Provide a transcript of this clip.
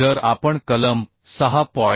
जर आपण कलम 6